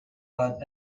but